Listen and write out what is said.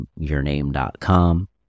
yourname.com